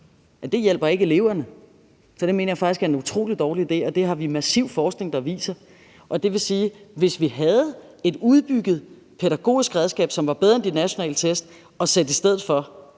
Det hjælper ikke eleverne, så det mener jeg faktisk er en utrolig dårlig idé, og det har vi massiv forskning der viser. Det vil sige: Hvis vi havde et udbygget pædagogisk redskab, som var bedre end de nationale test, at sætte i stedet for,